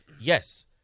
Yes